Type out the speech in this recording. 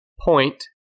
point